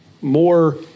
more